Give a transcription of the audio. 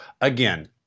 Again